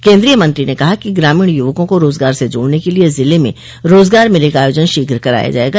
केन्द्रीय मंत्री ने कहा ग्रामीण युवकों को रोजगार से जोड़ने के लिए जिले में रोजगार मेले का आयोजन शीघ कराया जायेगा